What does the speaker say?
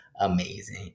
amazing